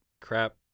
crap